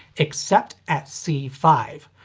except at c five.